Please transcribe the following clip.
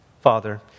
Father